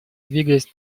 двигаясь